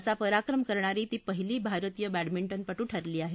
असा पराक्रम करणारी ती पहिली भारतीय बँडमिंटनपटू ठरली आहे